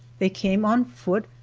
they came on foot,